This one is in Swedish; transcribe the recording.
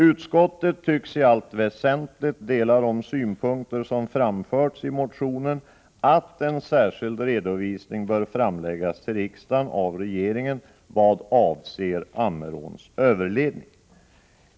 Utskottet tycks i allt väsentligt dela de synpunkter som framförts i motionen, att en särskild redovisning bör framläggas till riksdagen av regeringen vad avser Ammeråns överledning.